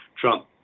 trump